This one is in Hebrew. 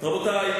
רבותי,